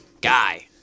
guy